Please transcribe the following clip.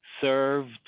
served